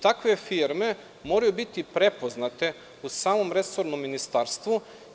Takve firme moraju biti prepoznate u samom resornom ministarstvu.